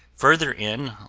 further in,